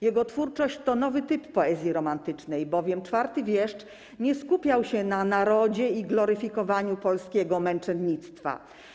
Jego twórczość to nowy typ poezji romantycznej, bowiem czwarty wieszcz nie skupiał się na narodzie i gloryfikowaniu polskiego męczennictwa.